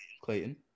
Clayton